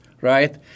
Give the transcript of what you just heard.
Right